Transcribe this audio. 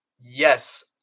Yes